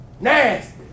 Nasty